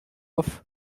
off